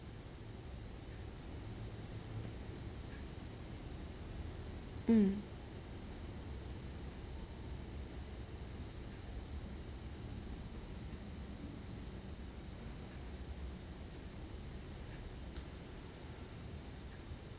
mm